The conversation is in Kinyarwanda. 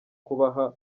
kubaha